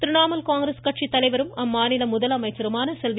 திரிணாமுல் காங்கிரஸ் கட்சித்தலைவரும் அம்மாநில முதலமைச்சருமான செல்வி